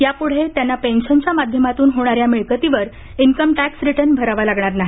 यापुढे त्यांना पेन्शनच्या माध्यमातून होणाऱ्या मिळकतीवर इन्कम टॅक्स रिटर्न भरावा लागणार नाही